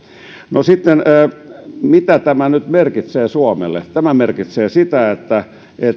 no mitä tämä nyt sitten merkitsee suomelle tämä merkitsee sitä että